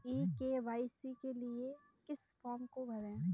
ई KYC के लिए किस फ्रॉम को भरें?